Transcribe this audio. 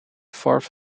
fourth